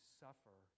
suffer